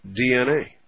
DNA